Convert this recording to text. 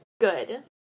good